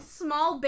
small